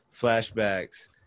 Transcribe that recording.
flashbacks